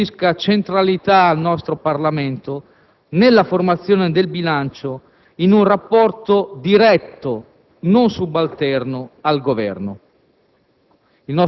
restituisca centralità al Parlamento nella formazione del bilancio, in un rapporto dialettico, non subalterno al Governo.